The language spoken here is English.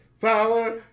power